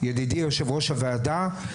ידידי יושב ראש הוועדה,